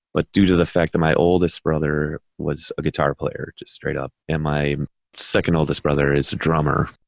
but due to the fact that my oldest brother was a guitar player, just straight up and my second oldest brother is a drummer,